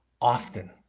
often